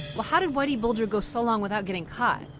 well, how did whitey bulger go so long without getting caught?